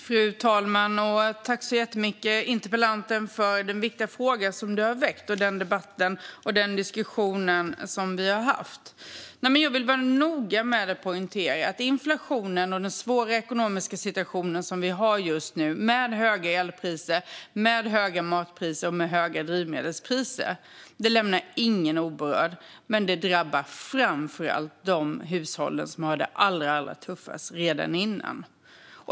Fru talman! Tack så jättemycket, interpellanten, för den viktiga fråga som du har väckt och den debatt och diskussion som vi har haft! Jag vill vara noga med att poängtera att inflationen och den svåra ekonomiska situation som vi har just nu med höga elpriser, höga matpriser och höga drivmedelspriser inte lämnar någon oberörd. Men det drabbar framför allt de hushåll som hade det allra tuffast redan tidigare.